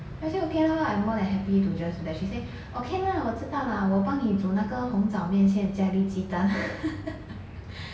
then I say okay lah I'm more than happy to just but she say okay lah 我知道啦我帮你煮那个红枣面线加一粒鸡蛋